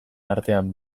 artean